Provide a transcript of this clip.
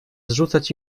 zrzucać